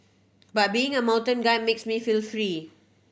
but being a mountain guide makes me feel free